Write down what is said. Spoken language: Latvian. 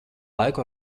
laiku